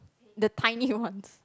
the tiny ones